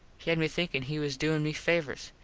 he had me thinkin he was doin me favors.